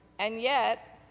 and yet,